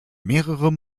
mehrere